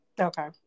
Okay